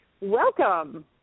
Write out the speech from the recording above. Welcome